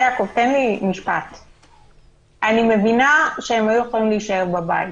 אני מבינה שהם היו יכולים להישאר בבית,